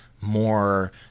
more